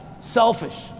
selfish